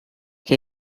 che